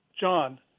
John